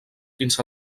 fins